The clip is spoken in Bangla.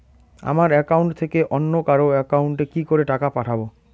আমার একাউন্ট থেকে অন্য কারো একাউন্ট এ কি করে টাকা পাঠাবো?